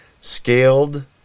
scaled